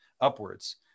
upwards